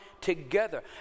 together